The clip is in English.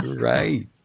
right